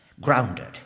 grounded